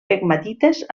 pegmatites